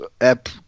app